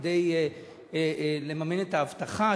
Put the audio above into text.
כדי לממן את האבטחה,